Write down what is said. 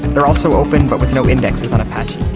they're also open but with no indexes on apache.